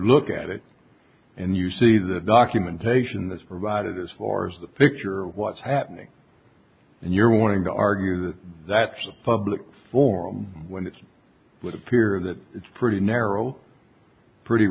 look at it and you see the documentation this provided as far as the picture of what's happening and you're wanting to argue that that's a public forum when it would appear that it's pretty